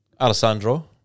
Alessandro